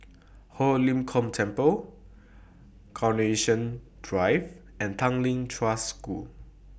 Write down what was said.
Ho Lim Kong Temple Carnation Drive and Tanglin Trust School